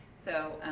so,